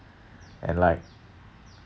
and like